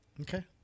okay